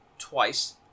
twice